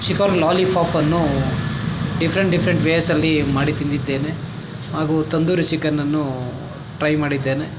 chicken ಲಾಲಿಪಾಪನ್ನು different different ವೇಸಲ್ಲಿ ಮಾಡಿ ತಿಂದಿದ್ದೇನೆ ಹಾಗೂ ತಂದೂರಿ ಚಿಕನನ್ನು ಟ್ರೈ ಮಾಡಿದ್ದೇನೆ